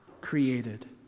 created